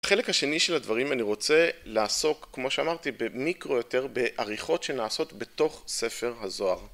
החלק השני של הדברים אני... רוצה לעסוק, כמו שאמרתי, במיקרו יותר, בעריכות שנעשות בתוך ספר הזוהר.